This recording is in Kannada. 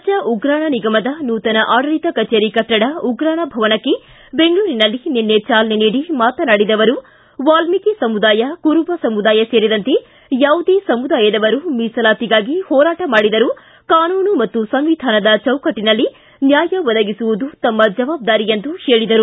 ರಾಜ್ವ ಉಗ್ರಾಣ ನಿಗಮದ ನೂತನ ಆಡಳಿತ ಕಚೇರಿ ಕಟ್ಟಡ ಉಗ್ರಾಣ ಭವನಕ್ಕೆ ಬೆಂಗಳೂರಿನಲ್ಲಿ ನಿನ್ನೆ ಚಾಲನೆ ನೀಡಿ ಮಾತನಾಡಿದ ಅವರು ವಾಲ್ಮೀಕಿ ಸಮುದಾಯ ಕುರುಬ ಸಮುದಾಯ ಸೇರಿದಂತೆ ಯಾವುದೇ ಸಮುದಾಯದವರು ಮೀಸಲಾತಿಗಾಗಿ ಹೋರಾಟ ಮಾಡಿದರು ಕಾನೂನು ಮತ್ತು ಸಂವಿಧಾನದ ಚೌಕಟ್ಟನಲ್ಲಿ ನ್ಹಾಯ ಒದಗಿಸುವುದು ತಮ್ನ ಜವಾಬ್ದಾರಿ ಎಂದು ಹೇಳಿದರು